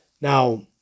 Now